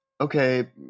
okay